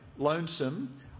lonesome